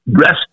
rest